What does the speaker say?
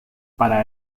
para